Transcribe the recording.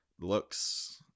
looks